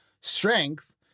strength